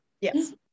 yes